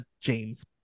James